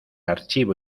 archivo